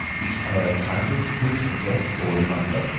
each pair of trousers, coat, and vest bore a number,